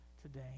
today